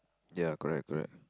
ya correct correct